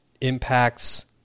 impacts